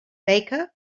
baker